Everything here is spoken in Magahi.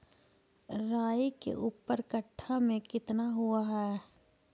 राई के ऊपर कट्ठा में कितना हुआ है?